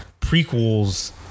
prequels